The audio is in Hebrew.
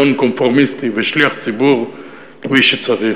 נון-קונפורמיסטי ושליח ציבור כפי שצריך.